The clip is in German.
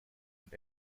und